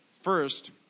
First